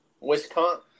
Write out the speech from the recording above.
Wisconsin